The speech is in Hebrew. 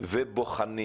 ובוחנים